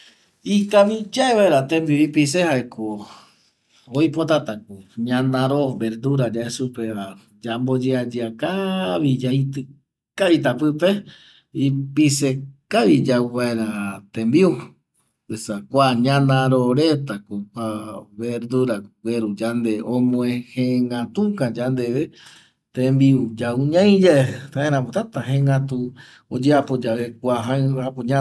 Ikaviyae vaera tembiu ipise jaeko oipotatako ñanaro verdura yae supeva yambo yeayea kavi yaitƚta pƚpe ipise kavi yau vaera tembiu esa ñanaro retako verdurako gueru yande omojengätuka yande tembiu ñaiyae jaeramo täta jengätu oyeapo yave jaeƚva